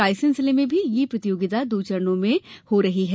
रायसेन जिले में भी यह प्रतियोगिता दो चरणों में आयोजित हो रही है